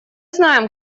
знаем